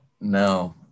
No